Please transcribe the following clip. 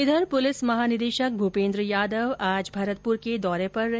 इधर पुलिस महानिदेशक भूपेंद्र यादव आज भरतपुर के दौरे पर रहे